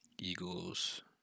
Eagles